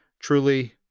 truly